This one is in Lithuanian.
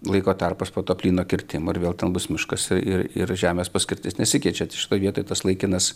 laiko tarpas po to plyno kirtimo ir vėl ten bus miškas ir ir žemės paskirtis nesikeičia tai šitoj vietoj tas laikinas